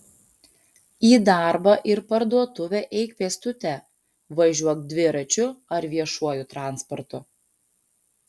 į darbą ir parduotuvę eik pėstute važiuok dviračiu ar viešuoju transportu